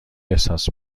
احساس